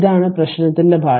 ഇതാണ് പ്രശ്നത്തിന്റെ ഭാഷ